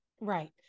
Right